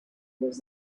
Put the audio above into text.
was